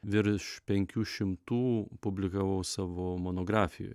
virš penkių šimtų publikavau savo monografijoj